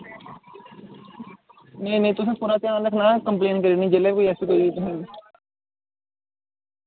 नेईं नेईं तुसैं पूरा ध्यान रक्खना असें कम्प्लेन करी ओड़नी जिल्लै बी कोई ऐसी कोई तुसें